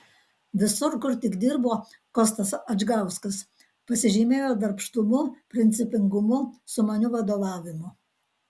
visur kur tik dirbo kostas adžgauskas pasižymėjo darbštumu principingumu sumaniu vadovavimu